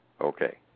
okay